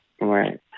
Right